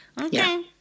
Okay